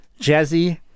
Jazzy